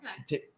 Okay